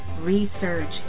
Research